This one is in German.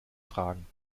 tragen